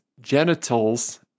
genitals